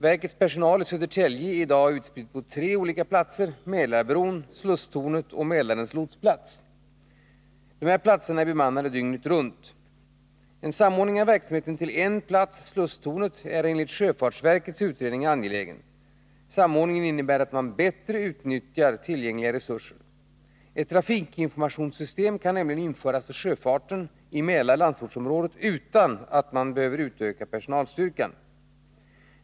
Verkets personal i Södertälje är i dag utspridd på tre olika platser, Mälarbron, Slusstornet och Mälarens lotsplats. Dessa platser är bemannade dygnet runt. En samordning av verksamheten till en plats, Slusstornet, är enligt sjöfartsverkets utredning angelägen. Samordningen innebär ett bättre utnyttjande av tillgängliga resurser. Ett trafikinformationssystem kan nämligen införas för sjöfarten i Mälar-Landsortsområdet utan att personalstyrkan behöver utökas.